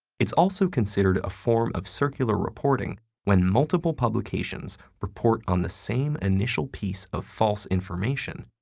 it's also considered a form of circular reporting when multiple publications report on the same initial piece of false information,